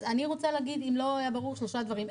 אז אני רוצה להגיד, אם לא היה ברור, שלושה דברים.